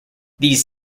these